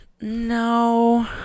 no